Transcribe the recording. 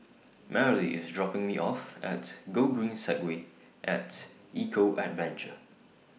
Marely IS dropping Me off At Gogreen Segway At Eco Adventure